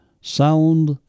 sound